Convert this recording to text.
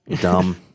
dumb